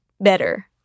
better